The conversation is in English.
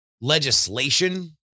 legislation